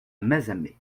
mazamet